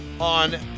on